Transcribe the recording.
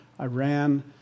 Iran